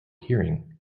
hearing